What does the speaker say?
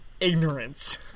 ignorance